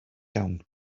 iawn